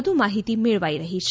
વધુ મહિતી મેળવાઇ રહી છે